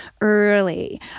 early